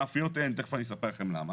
מאפיות אין ותכף אני אספר לכם למה